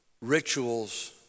rituals